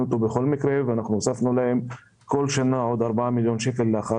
אותו ואנחנו הוספנו להם כל שנה עוד 4 מיליון שקלים לאחר